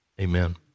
Amen